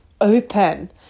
open